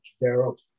thereof